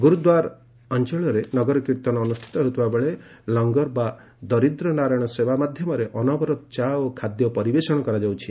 ଗୁରୁଦ୍ୱାରା ଅଞ୍ଚଳରେ ନଗରକୀର୍ତ୍ତନ ଅନୁଷ୍ଠିତ ହେଉଥିବା ବେଳେ ଲଙ୍ଗର ବା ଦରିଦ୍ର ନାରାୟଣ ସେବା ମାଧ୍ୟମରେ ଅନବରତ ଚା ଓ ଖାଦ୍ୟ ପରିବେଶଣ କରାଯାଉଛି